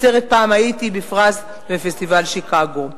הסרט "פעם הייתי" בפרס בפסטיבל שיקגו.